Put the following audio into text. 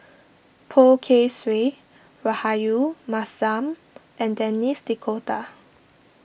Poh Kay Swee Rahayu Mahzam and Denis D'Cotta